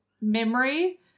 memory